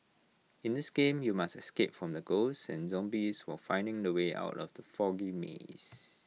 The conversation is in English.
in this game you must escape from the ghosts and zombies while finding the way out of the foggy maze